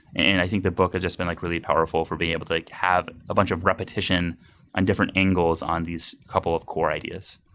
and i think the book has just been like really powerful for being able to like have a bunch of repetition and different angles on these couple of core ideas